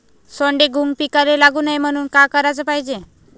सोंडे, घुंग पिकाले लागू नये म्हनून का कराच पायजे?